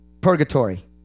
Purgatory